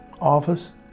office